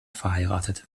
verheiratet